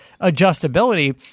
adjustability